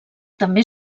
també